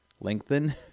lengthen